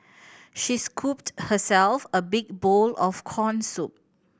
she scooped herself a big bowl of corn soup